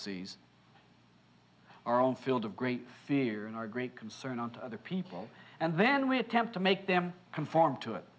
ies our own field of great fear and our great concern to other people and then we attempt to make them conform to it